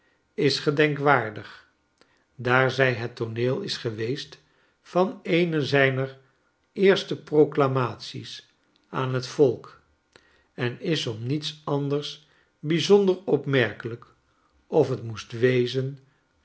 is gedenkwaardig daar zij het tooneel is geweest van eene zijner eerste proclamaties aan het volk en is om niets anders bijzonder opmerkelijk of het moest wezen